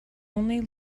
only